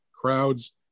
crowds